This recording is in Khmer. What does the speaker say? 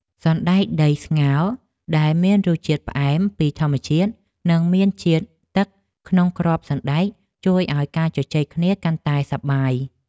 សណ្តែកដីស្ងោរដែលមានរសជាតិផ្អែមពីធម្មជាតិនិងមានជាតិទឹកក្នុងគ្រាប់សណ្តែកជួយឱ្យការជជែកគ្នាកាន់តែសប្បាយ។